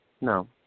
No